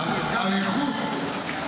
את האריכות.